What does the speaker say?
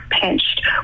pinched